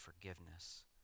forgiveness